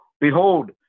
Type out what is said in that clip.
Behold